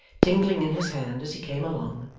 tingling in his hand, as he came along,